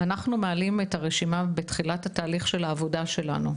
אנחנו מעלים את הרשימה בתחילת תהליך העבודה שלנו,